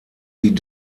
die